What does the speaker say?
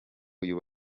uyu